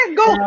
go